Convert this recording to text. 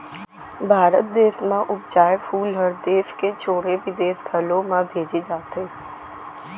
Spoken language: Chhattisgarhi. भारत देस म उपजाए फूल हर देस के छोड़े बिदेस घलौ म भेजे जाथे